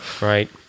Right